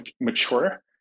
mature